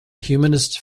humanist